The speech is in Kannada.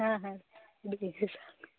ಹಾಂ ಹಾಂ ಸಾಕು